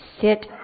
sit